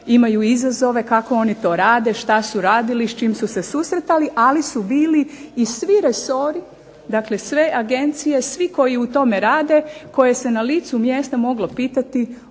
imaju izazove, kako oni to rade, šta su radili, s čim su se susretali, ali su bili i svi resori, dakle sve agencije, svi koji u tome rade, koje se na licu mjesta moglo pitati o